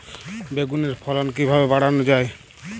বেগুনের ফলন কিভাবে বাড়ানো যায়?